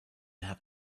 have